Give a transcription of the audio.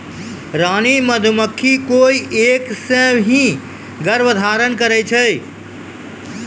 रानी मधुमक्खी कोय एक सें ही गर्भाधान करै छै